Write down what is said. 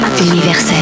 universel